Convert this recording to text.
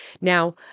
Now